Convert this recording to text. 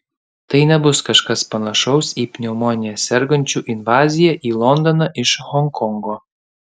tai nebus kažkas panašaus į pneumonija sergančių invaziją į londoną iš honkongo